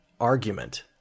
argument